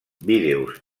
vídeos